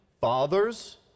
fathers